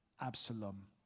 Absalom